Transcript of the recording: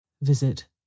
Visit